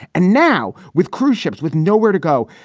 and now with cruise ships with nowhere to go,